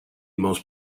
most